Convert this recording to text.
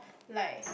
like